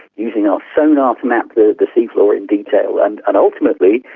using our sonar to map the the sea floor in detail and and ultimately,